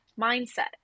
mindset